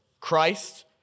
Christ